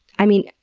i mean,